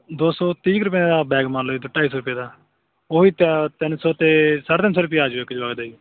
ਦੋ ਸੌ ਤੀਹ ਕੁ ਰੁਪਏ ਦਾ ਬੈਗ ਮੰਨ ਲਓ ਇੱਧਰ ਢਾਈ ਸੌ ਰੁਪਏ ਦਾ ਉਹੀ ਤ ਤਿੰਨ ਸੌ ਅਤੇ ਸਾਢੇ ਤਿੰਨ ਸੌ ਰੁਪਈਆ ਆਜੁ ਇੱਕ ਜਵਾਕ ਦਾ ਜੀ